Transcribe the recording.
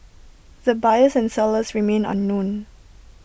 the buyers and sellers remain unknown